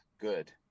good